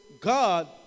God